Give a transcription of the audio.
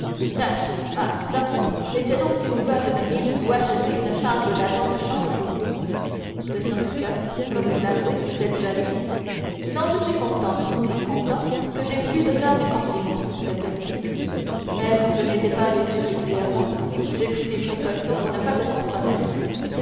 ah çà mais tu as donc découvert une mine ou acheté une charge d'agent de change de sorte que comme vous l'avouez vous êtes jaloux non je suis content si content que j'ai voulu te faire mes compliments le petit mais comme je n'étais pas vêtu régulièrement j'ai pris mes précautions pour ne pas te compromettre